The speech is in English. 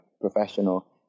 professional